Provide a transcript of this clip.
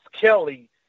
Kelly